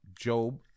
Job